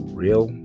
real